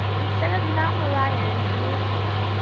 instead of mount moriah in jerusalem.